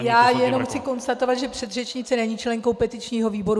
Já chci jen konstatovat, že předřečnice není členkou petičního výboru.